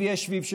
זה יציל אותי.